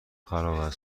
خراب